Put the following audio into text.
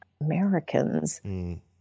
Americans